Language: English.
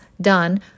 done